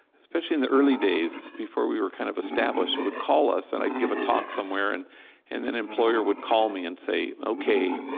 especially in the early days before we were kind of established, who would call us. and i'd give a talk somewhere, and and an employer would call me and say, ok,